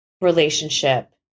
relationship